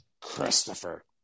Christopher